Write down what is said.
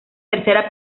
tercera